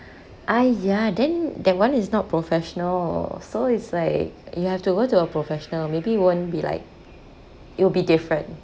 !aiya! then that one is not professional so it's like you have to go to a professional maybe it won't be like it will be different